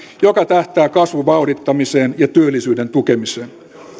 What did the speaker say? joka tähtää kasvun vauhdittamiseen ja työllisyyden tukemiseen